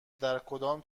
درکدام